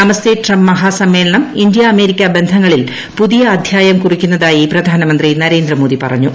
നമസ്തേ Trump മഹാസമ്മേളനം India America ബന്ധങ്ങളിൽ പുതിയ അധ്യായം കുറിക്കുന്നതായി പ്രധാനമന്ത്രി നരേന്ദ്രമോദി പറഞ്ഞു